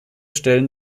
stellen